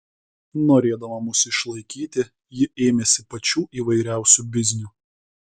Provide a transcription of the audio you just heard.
norėdama mus išlaikyti ji ėmėsi pačių įvairiausių biznių